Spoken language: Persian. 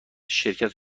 شرکت